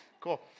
Cool